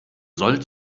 soll